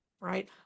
right